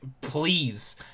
please